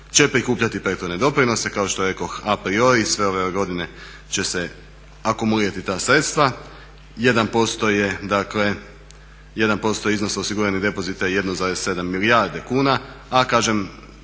1% iznosa osiguranih depozita je 1,7 milijardi kuna a kažem